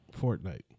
Fortnite